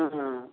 ହଁ ହଁ ହଁ